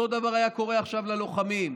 אותו דבר היה קורה עכשיו ללוחמים,